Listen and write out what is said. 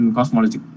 Cosmology